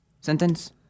sentence